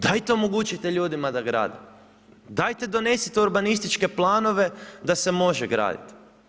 Dajte omogućite ljudima da grade, dajte donesite urbanističke planove da se može graditi.